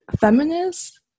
feminist